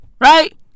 Right